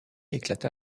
éclata